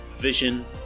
vision